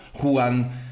Juan